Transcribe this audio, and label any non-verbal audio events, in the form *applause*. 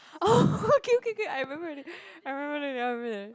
oh *laughs* okay okay K I remember already I remember already I remember already